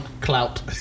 clout